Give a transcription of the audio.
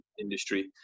industry